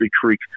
Creek